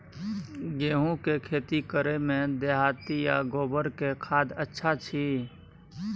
गेहूं के खेती करे में देहाती आ गोबर के खाद अच्छा छी?